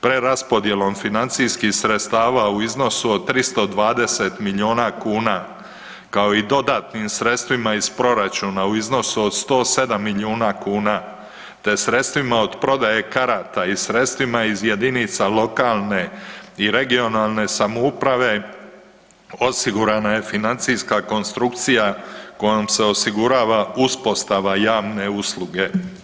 Preraspodjelom financijskih sredstava u iznosu od 320 milijuna kuna kao i dodatnim sredstvima iz proračuna u iznosu od 107 milijuna kuna, te sredstvima od prodaje karata i sredstvima iz jedinica lokalne i regionalne samouprave osigurana je financijska konstrukcija kojom se osigurava uspostava javne usluge.